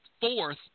fourth